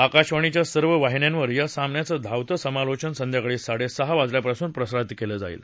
आकाशवाणीच्या सर्व वाहिन्यांवर या सामन्याचं धावतं समालोचन संघ्याकाळी साडेसहा वाजल्यापासून प्रसारित केलं जाईल